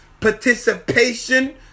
participation